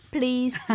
Please